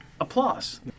Applause